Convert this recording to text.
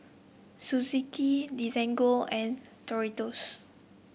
Suzuki Desigual and Doritos